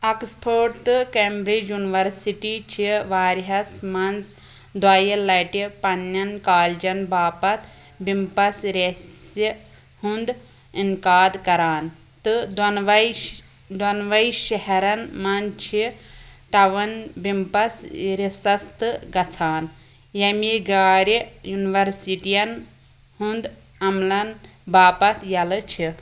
Oxford تہٕ Cambridge university چھِ واریایَس منٛز دۄیہِ لَٹہِ پَنٛنیٚن کالجَن باپتھ بِمپَس ریسہِ ہُنٛد انعقاد کران تہٕ دۄنوٕے دۄنوٕے شہرَن منٛز چھِ تَوَن بِمپَس رِسَس تہٕ گژھان ییٚمہِ غارِ یوٗنِوَرسِٹِیَن ہُنٛد عملَن باپتھ ییٚلہٕ چھِ